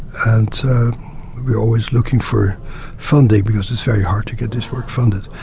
and we're always looking for funding, because it's very hard to get this work funded,